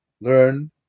learn